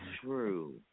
true